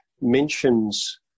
mentions